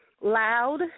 Loud